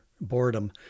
boredom